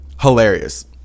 Hilarious